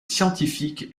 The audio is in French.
scientifiques